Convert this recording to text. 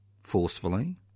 forcefully